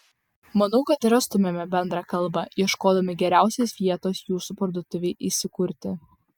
manau kad rastumėme bendrą kalbą ieškodami geriausios vietos jūsų parduotuvei įsikurti